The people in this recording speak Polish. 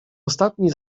ostatni